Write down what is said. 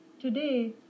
today